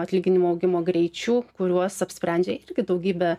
atlyginimų augimo greičiu kuriuos apsprendžia irgi daugybę